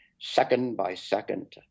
second-by-second